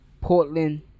Portland